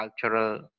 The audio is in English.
cultural